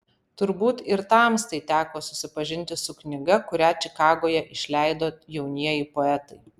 turbūt ir tamstai teko susipažinti su knyga kurią čikagoje išleido jaunieji poetai